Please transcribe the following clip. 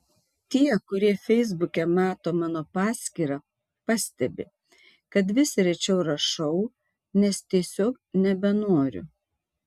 tie kurie feisbuke mato mano paskyrą pastebi kad vis rečiau rašau nes tiesiog nebenoriu